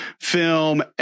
film